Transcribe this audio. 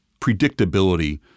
predictability